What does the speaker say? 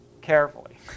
carefully